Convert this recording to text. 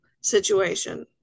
situation